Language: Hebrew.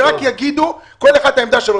רק שיגידו כל אחד את העמדה שלו,